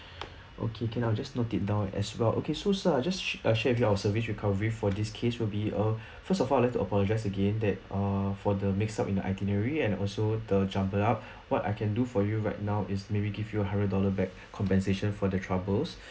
okay can I'll just note it down as well okay so so I'll just share with you our service recovery for this case will be uh first of all let us apologize again that uh for the mix up in the itinerary and also the jumble up what I can do for you right now is maybe give you a hundred dollar back compensation for the troubles